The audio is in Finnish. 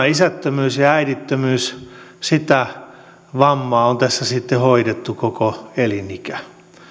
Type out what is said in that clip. isättömyyttä ja äidittömyyttä sitä vammaa on tässä sitten hoidettu koko elinikä